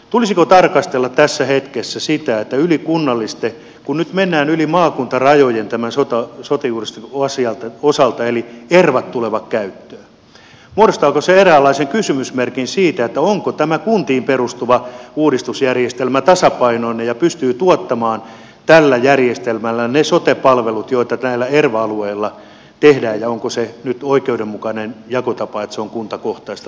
tulisiko tarkastella tässä hetkessä sitä että kun nyt mennään yli maakuntarajojen tämän sote uudistusasian osalta eli ervat tulevat käyttöön niin muodostaako se eräänlaisen kysymysmerkin siitä onko tämä kuntiin perustuva uudistusjärjestelmä tasapainoinen ja pystyy tuottamaan tällä järjestelmällä ne sote palvelut joita näillä erva alueilla tehdään ja onko se nyt oikeudenmukainen jakotapa että se on kuntakohtaista tarkastelua